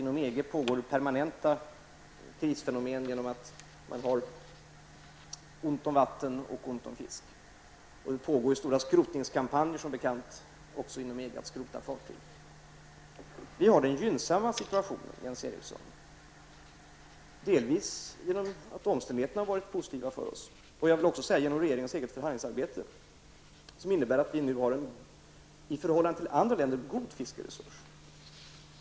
Inom EG uppträder permanenta krisfenomen genom att man har ont om vatten och ont om fisk. Det pågår ju som bekant också inom EG stora kampanjer för skrotning av fartyg. Vi har en gynnsam situation, Jens Eriksson. Detta beror till en del på att omständigheterna har varit positiva för oss. Jag vill också säga att regeringens eget förhandlingsarbete har spelat in. Tack vare detta har vi nu en i förhållande till andra länder god fiskeresurs.